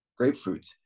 grapefruits